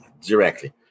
Directly